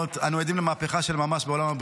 אני מזמין את חבר הכנסת מישרקי להציג את הצעת